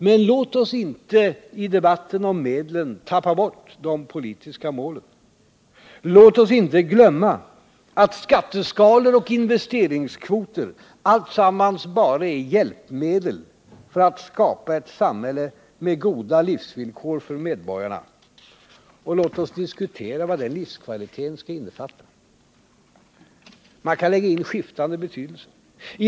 Men låt oss inte i debatten om medlen tappa bort de politiska målen. Låt oss inte glömma att skatteskalor och investeringskvoter tillsammans bara är hjälpmedel för att skapa ett samhälle med goda livsvillkor för medborgarna — och låt oss inte glömma bort att diskutera också vad denna livskvalitet skall innefatta. Man kan lägga in skiftande betydelser i ordet livskvalitet.